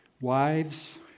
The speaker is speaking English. wives